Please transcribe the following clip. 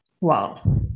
Wow